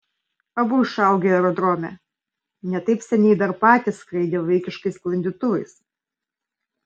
abu išaugę aerodrome ne taip seniai dar patys skraidę vaikiškais sklandytuvais